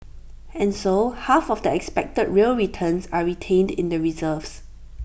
and so half of the expected real returns are retained in the reserves